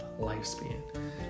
lifespan